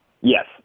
Yes